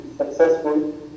successful